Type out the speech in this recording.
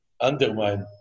undermine